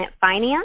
Finance